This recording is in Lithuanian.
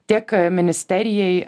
tiek ministerijai